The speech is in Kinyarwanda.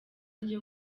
ryo